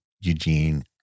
Eugene